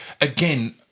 again